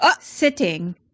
sitting